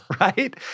right